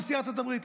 נשיא ארצות הברית,